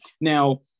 Now